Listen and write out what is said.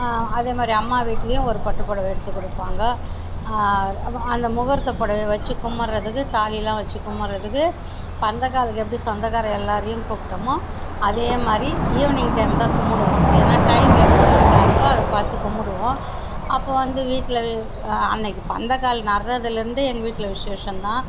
அதேமாரி அம்மா வீட்டுலேயும் ஒரு பட்டுப்புடவ எடுத்துக் கொடுப்பாங்க அந்த முகூர்த்தப் புடவைய வச்சு கும்பிட்றதுக்கு தாலிலாம் வச்சு கும்பிட்றதுக்கு பந்தக்காலுக்கு எப்படி சொந்தக்காரரு எல்லோரையும் கூப்பிட்டமோ அதேமாதிரி ஈவினிங் டைம் தான் கும்பிடுவோம் ஏன்னா டைம் எப்போ நல்லாயிருக்கோ அதை பார்த்து கும்பிடுவோம் அப்போ வந்து வீட்டில் அன்னைக்கு பந்தக்கால் நடுறதுலேந்து எங்கள் வீட்டில் விசேஷம்தான்